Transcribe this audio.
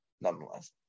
nonetheless